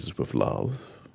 with love,